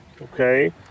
Okay